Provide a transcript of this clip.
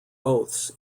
oaths